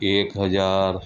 એક હજાર